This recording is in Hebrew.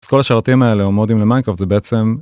כל השרתים האלה או מודים למיינקראפט זה בעצם.